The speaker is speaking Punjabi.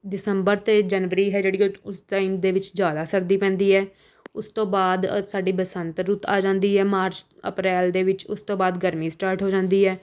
ਦਿਸੰਬਰ ਅਤੇ ਜਨਵਰੀ ਹੈ ਜਿਹੜੀ ਉਹ ਉਸ ਟਾਈਮ ਦੇ ਵਿੱਚ ਜ਼ਿਆਦਾ ਸਰਦੀ ਪੈਂਦੀ ਹੈ ਉਸ ਤੋਂ ਬਾਅਦ ਸਾਡੇ ਬਸੰਤ ਰੁੱਤ ਆ ਜਾਂਦੀ ਹੈ ਮਾਰਚ ਅਪ੍ਰੈਲ ਦੇ ਵਿੱਚ ਉਸ ਤੋਂ ਬਾਅਦ ਗਰਮੀ ਸਟਾਟ ਹੋ ਜਾਂਦੀ ਹੈ